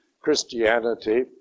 Christianity